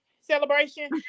celebration